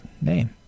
name